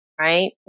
Right